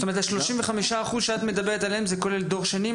זאת אומרת 35% שאת מדברת עליהם זה כולל דור שני,